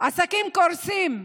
עסקים קורסים.